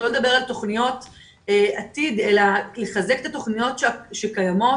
לא לדבר על תוכניות עתיד אלא לחזק את התוכניות שקיימות,